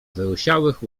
wyłysiałych